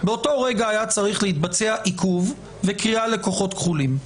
באותו רגע היה צריך להתבצע עיכוב וקריאה לכוחות כחולים.